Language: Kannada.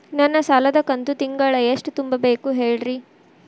ನನ್ನ ಸಾಲದ ಕಂತು ತಿಂಗಳ ಎಷ್ಟ ತುಂಬಬೇಕು ಹೇಳ್ರಿ?